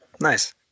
Nice